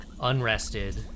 unrested